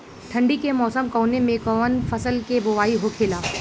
ठंडी के मौसम कवने मेंकवन फसल के बोवाई होखेला?